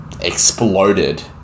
exploded